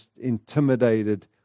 intimidated